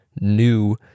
new